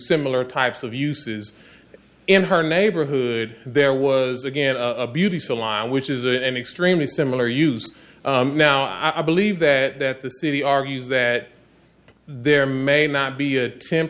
similar types of uses in her neighborhood there was again a beauty salon which is an extremely similar use now i believe that that the city argues that there may not be a temp